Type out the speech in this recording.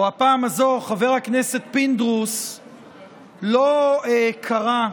או הפעם הזאת, חבר הכנסת פינדרוס לא קרא,